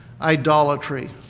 idolatry